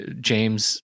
James